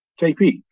JP